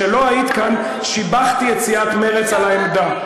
כשלא היית כאן שיבחתי את סיעת מרצ על העמדה.